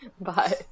Bye